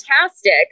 fantastic